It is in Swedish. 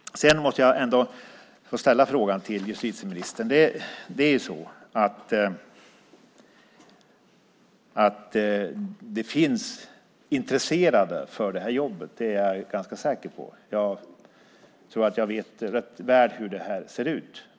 Jag måste ändå få ställa en fråga till justitieministern. Det finns de som är intresserade av det här jobbet; det är jag ganska säker på. Jag tror att jag vet ganska väl hur det ser ut.